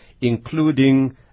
Including